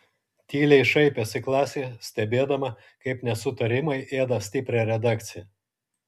tyliai šaipėsi klasė stebėdama kaip nesutarimai ėda stiprią redakciją